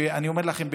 אני אומר לכם,